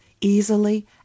easily